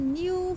new